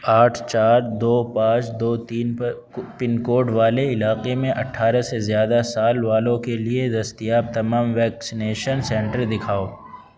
آٹھ چار دو پانچ دو تین پن کوڈ والے علاقے میں اٹھارہ سے زیادہ سال والوں کے لیے دستیاب تمام ویکسینیشن سنٹر دکھاؤ